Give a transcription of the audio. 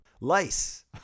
Lice